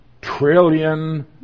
trillion